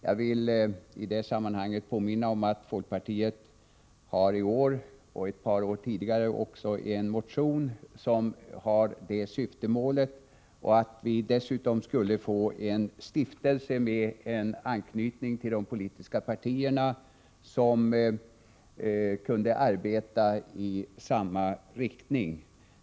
Jag vill i det sammanhanget påminna om att folkpartiet både i år och ett par år tidigare har väckt motioner med detta syftemål och dessutom med förslag om att det skulle bildas en stiftelse med anknytning till de politiska partierna som kunde arbeta i samma riktning.